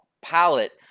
palette